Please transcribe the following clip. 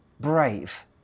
brave